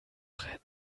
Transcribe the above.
retten